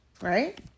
right